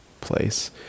place